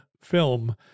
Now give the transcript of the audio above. film